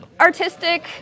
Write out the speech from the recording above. Artistic